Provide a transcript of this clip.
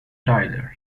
tyler